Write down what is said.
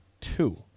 two